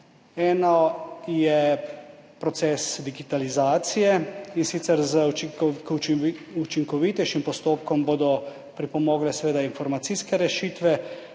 Eno je proces digitalizacije, in sicer k učinkovitejšim postopkom bodo pripomogle seveda informacijske rešitve.